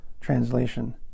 translation